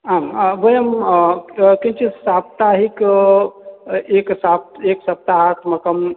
आं वयं कि किञ्चित् साप्ताहिकम् एकम् एकसप्ताहात्मकम्